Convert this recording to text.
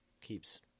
keeps